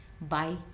Bye